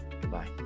Goodbye